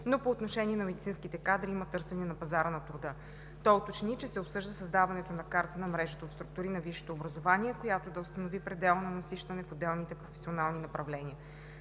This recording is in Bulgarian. но по отношение на медицинските кадри има търсене на пазара на труда. Той уточни, че се обсъжда създаването на карта на мрежата от структури на висшето образование, която да установи предела на насищане в отделните професионални направления.